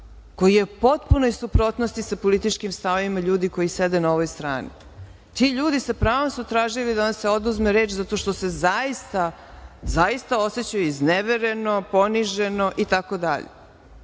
koji je u potpunoj suprotnosti sa političkim stavovima ljudi koji sede na ovoj strani. Ti ljudi sa pravom su tražili da vam se oduzme reč, zato što se zaista osećaju iznevereno, poniženo itd. Ja